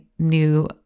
new